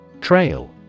Trail